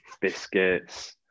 biscuits